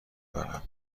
دارم